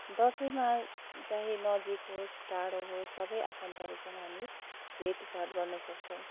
दसैँमा चाहे नजिक होस् टाडो होस् सबै आफन्तहरूसँग हामी भेटघाट गर्न सक्छौँ